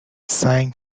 سنگ